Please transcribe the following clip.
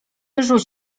rzuć